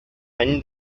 any